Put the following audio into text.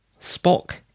Spock